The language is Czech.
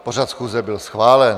Pořad schůze byl schválen.